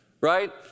right